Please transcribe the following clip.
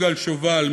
יגאל שובל,